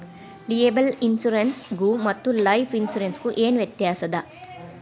Liable insurance ಗು ಮತ್ತ life insurance ಗು ಏನ್ ವ್ಯಾತ್ಯಾಸದ?